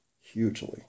Hugely